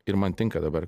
ir man tinka dabar